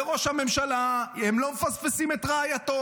לראש הממשלה, הם לא מפספסים את רעייתו,